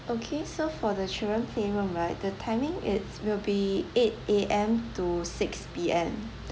okay so for the children playroom right the timing it's will be eight A_M to six P_M